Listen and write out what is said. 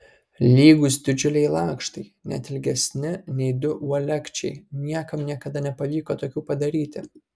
lygūs didžiuliai lakštai net ilgesni nei du uolekčiai niekam niekada nepavyko tokių padaryti